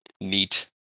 neat